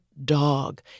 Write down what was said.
dog